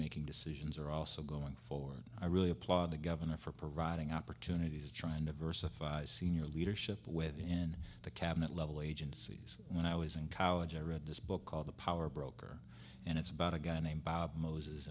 making decisions are also going forward i really applaud the governor for providing opportunities trying to versified senior leadership within the cabinet level agencies when i was in college i read this book called the power broker and it's about a guy named bob moses